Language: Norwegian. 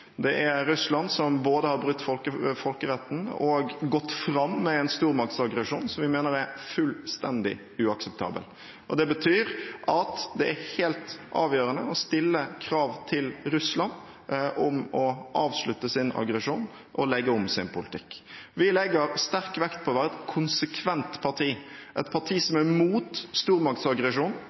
Det er Russland som både har brutt folkeretten og har gått fram med en stormaktsaggresjon som vi mener er fullstendig uakseptabel. Det betyr at det er helt avgjørende å stille krav til Russland om å avslutte sin aggresjon og legge om sin politikk. Vi legger sterk vekt på å være et konsekvent parti, et parti som er mot